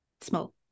small